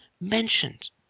mentioned